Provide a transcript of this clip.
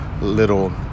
little